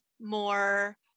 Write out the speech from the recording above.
more